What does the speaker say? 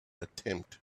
attempt